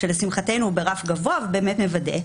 שלשמחתנו הוא ברף גבוה ובאמת מוודא,